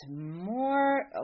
more